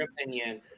opinion